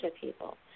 people